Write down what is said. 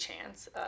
chance